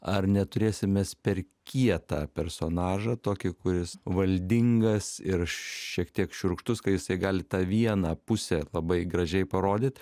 ar neturėsim per kietą personažą tokį kuris valdingas ir šiek tiek šiurkštus kai jisai gali tą vieną pusę labai gražiai parodyt